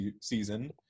season